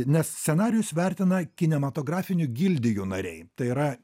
nes scenarijus vertina kinematografinių gildijų nariai tai yra